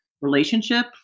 relationship